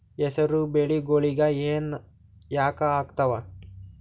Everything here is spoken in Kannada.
ಹೆಸರು ಬೆಳಿಗೋಳಿಗಿ ಹೆನ ಯಾಕ ಆಗ್ತಾವ?